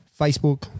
Facebook